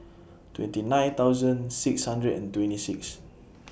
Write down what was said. twenty nine thousand six hundred and twenty six